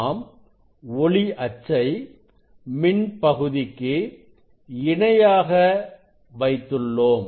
நாம் ஒளி அச்சை மின் பகுதிக்கு இணையாக வைத்துள்ளோம்